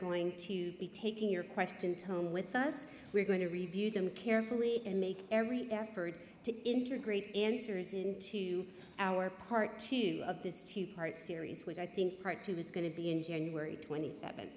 going to be taking your questions home with us we're going to review them carefully and make every effort to integrate enters into our part of this two part series which i think part two is going to be in january twenty seven